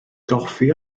goffi